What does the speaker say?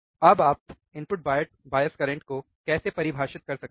अब आप input bias current को कैसे परिभाषित कर सकते हैं